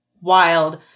wild